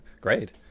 great